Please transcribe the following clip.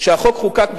כשהחוק חוקק,